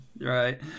right